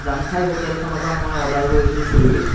জাংফাই হোটেলখনৰ পৰা মই অৰ্ডাৰ কৰিছিলো ছুইগীত